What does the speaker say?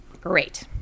Great